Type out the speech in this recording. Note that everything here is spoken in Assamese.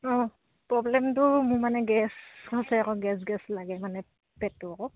অঁ প্ৰব্লেমটো মোৰ মানে গেছ আছে আকৌ গেছ গেছ লাগে মানে পেটটো আকৌ